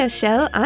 Show